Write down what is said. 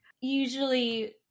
usually